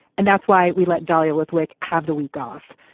and that's why we let dahlia lithwick have the week off.